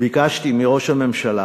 ביקשתי מראש הממשלה